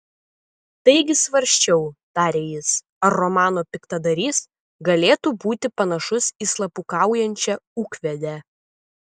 taigi svarsčiau tarė jis ar romano piktadarys galėtų būti panašus į slapukaujančią ūkvedę